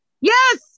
Yes